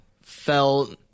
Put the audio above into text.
felt